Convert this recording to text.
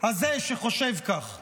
הזה שחושב כך.